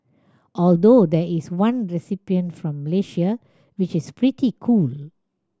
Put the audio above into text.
although there is one recipient from Malaysia which is pretty cool